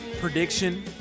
prediction